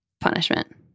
punishment